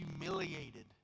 humiliated